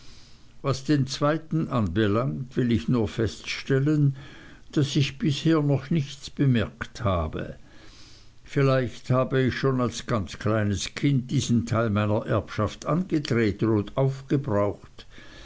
was den zweiten anbelangt will ich nur feststellen daß ich bisher noch nichts bemerkt habe vielleicht habe ich schon als ganz kleines kind diesen teil meiner erbschaft angetreten und aufgebraucht